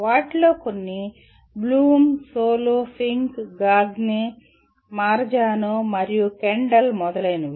వాటిలో కొన్ని Bloom SOLO Fink Gagne Marzano మరియు కెండల్ మొదలైనవి